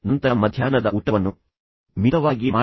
ನಂತರ ಮಧ್ಯಾಹ್ನದ ಊಟವನ್ನು ಮಿತವಾಗಿ ಮಾಡಿ